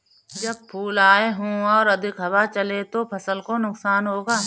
जब फूल आए हों और अधिक हवा चले तो फसल को नुकसान होगा?